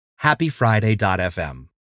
happyfriday.fm